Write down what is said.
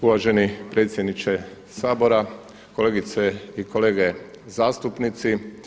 Uvaženi predsjedniče Sabora, kolegice i kolege zastupnici.